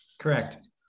Correct